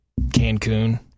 Cancun